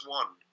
one